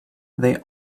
they